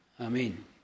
Amen